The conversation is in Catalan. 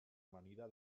amanida